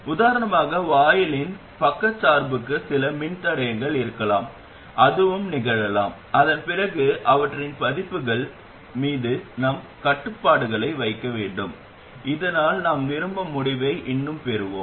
உதாரணமாக வாயிலின் பக்கச்சார்புக்கு சில மின்தடையங்கள் இருக்கலாம் அதுவும் நிகழலாம் அதன் பிறகு அவற்றின் மதிப்புகள் மீது நாம் கட்டுப்பாடுகளை வைக்க வேண்டும் இதனால் நாம் விரும்பும் முடிவை இன்னும் பெறுவோம்